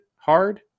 hard